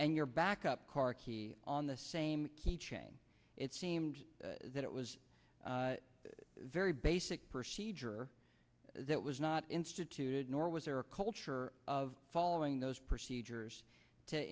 and your backup car key on the same key chain it seems that it was a very basic procedure that was not instituted nor was there a culture of following those procedures to